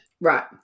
Right